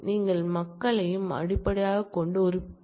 நீங்கள் மக்களையும் அடிப்படையாகக் கொண்டு ஒப்பிடலாம்